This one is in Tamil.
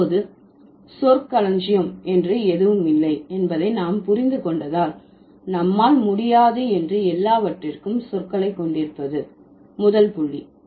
இப்போது சிறந்த சொற்களஞ்சியம் என்று எதுவும் இல்லை என்பதை நாம் புரிந்து கொண்டதால் நம்மால் முடியாது என்று எல்லாவற்றிற்கும் சொற்களை கொண்டிருப்பது முதல் புள்ளி